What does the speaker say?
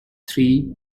three